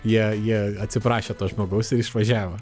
jie jie atsiprašė to žmogaus ir išvažiavo